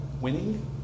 winning